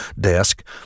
desk